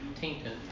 Tainted